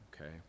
okay